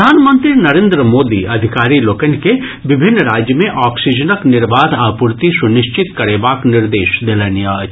प्रधानमंत्री नरेन्द्र मोदी अधिकारी लोकनि के विभिन्न राज्य मे ऑक्सीजनक निर्बाध आपूर्ति सुनिश्चित करेबाक निर्देश देलनि अछि